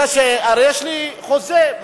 הרי יש לי חוזה,